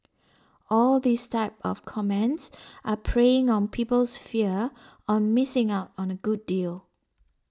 all these type of comments are preying on people's fear on missing out on a good deal